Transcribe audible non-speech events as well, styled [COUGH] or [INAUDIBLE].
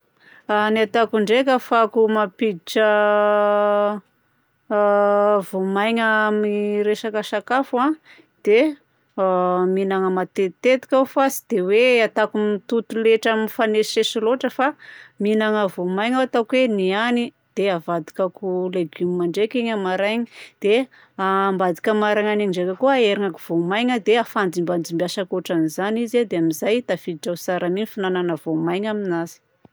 A [HESITATION] ny ataoko ndraika afahako mampiditra a [HESITATION] voamaina amin'ny resaka sakafo a dia a [HESITATION] mihignana matetitetika aho fa tsy dia hoe ataoko mitoto letra mifanesisesy loatra fa mihignana voamaina aho ataoko hoe niagny dia avadikako legioma ndreiky igny amaraigny dia ambadika amaraigny ndraika koa a hena amin'ny voamaina dia afandimbidimbiasako ohatran'izany izy dia amin'izay tafiditra tsara ao mia ny fihinana voamaina aminazy.